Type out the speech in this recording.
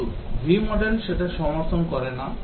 কিন্তু V model সেটা সমর্থন করে না